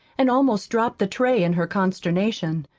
and almost dropped the tray in her consternation.